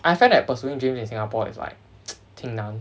I find that pursuing dreams in singapore is like 挺难